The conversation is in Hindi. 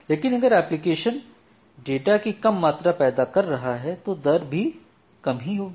लेकिन अगर एप्लीकेशन डेटा की कम मात्रा पैदा कर रहा है तो दर भी कम ही होगी